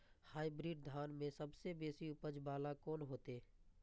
Hybrid धान में सबसे बेसी उपज बाला कोन हेते?